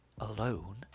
alone